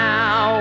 Now